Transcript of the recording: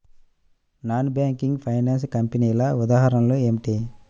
Non banking financial కంపెనీల ఉదాహరణలు ఏమిటి?